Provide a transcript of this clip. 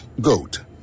GOAT